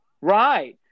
Right